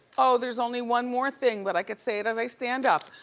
oh, there's only one more thing but i could say it as i stand up,